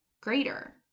greater